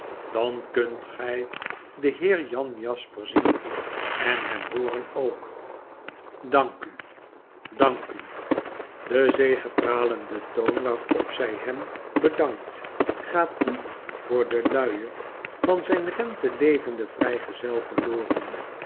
dan kunt gij den heer jan jasper zien en hem hooren ook dank u i dank u de zegepralende toon waarop zy hem bedankt gaat niet voor den men van zyn rente levenden vrygezel verloren